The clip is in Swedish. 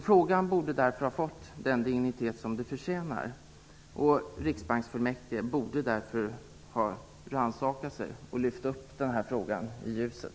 Frågan borde därför ha fått den dignitet som den förtjänar. Riksbanksfullmäktige borde ha rannsakat sig och lyft upp frågan i ljuset.